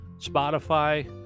Spotify